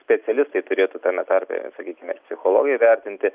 specialistai turėtų tame tarpe ir sakykime psichologai vertinti